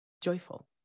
joyful